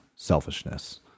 selfishness